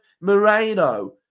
Moreno